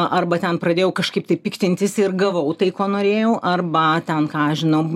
arba ten pradėjau kažkaip tai piktintis ir gavau tai ko norėjau arba ten ką aš žinau